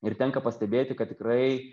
ir tenka pastebėti kad tikrai